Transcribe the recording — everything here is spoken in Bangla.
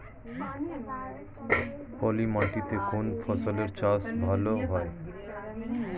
পলি মাটিতে কোন ফসলের চাষ ভালো হয়?